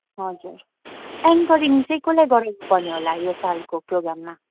हजुर एन्करिङ चाहिँ कसलाई गराउन पर्ने होला यस सालको प्रोग्राममा